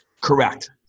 Correct